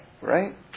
Right